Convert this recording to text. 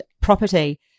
property